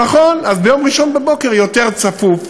נכון, ביום ראשון בבוקר צפוף